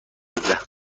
نوزده